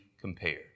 compared